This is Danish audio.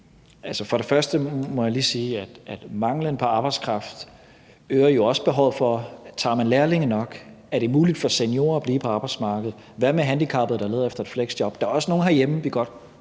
Først må jeg lige sige, at manglen på arbejdskraft jo også øger andre behov. Tager man lærlinge nok? Er det muligt for seniorer at blive på arbejdsmarkedet? Hvad med handicappede, der leder efter et fleksjob? Der er også nogle herhjemme, vi godt kunne